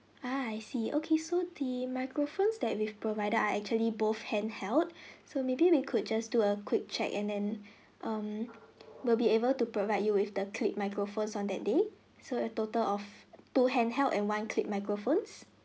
uh I see okay so the microphones that we've provided are actually both hand held so maybe we could just do a quick check and then um we'll be able to provide you with the clip microphones on that day so a total of two handheld and one clip microphones